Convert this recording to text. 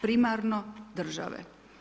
Primarno države.